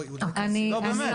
לא, באמת.